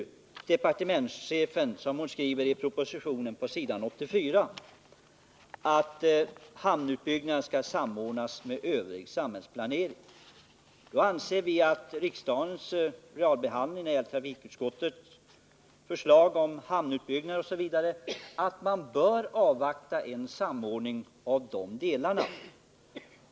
Departementschefen skriver på s. 84 i propositionen att hamnutbyggnaden skall samordnas med övrig samhällsplanering, och vi anser att realbehandlingen av frågan om en eventuell hamnutbyggnad i Vallhamn bör ske i riksdagen i samband med ett förslag från trafikutskottet och att man bör avvakta till dess en samordning har skett.